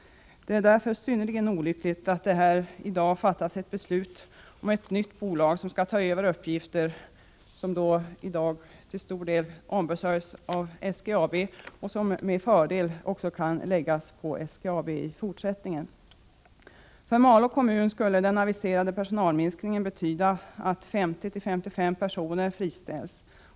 Det är därför synnerligen olyckligt att det häri dag Gotland fattas ett beslut om ett nytt bolag, som skall ta över uppgifter som för närvarande till stor del ombesörjs av SGAB och som med fördel också i fortsättningen kan läggas på SGAB. För Malå kommun skulle den aviserade personalminskningen betyda att 50-55 personer friställs.